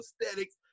aesthetics